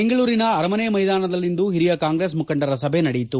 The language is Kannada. ಬೆಂಗಳೂರಿನ ಅರಮನೆ ಮೈದಾನದಲ್ಲಿಂದು ಹಿರಿಯ ಕಾಂಗ್ರೆಸ್ ಮುಖಂಡರ ಸಭೆ ನಡೆಯಿತು